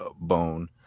Bone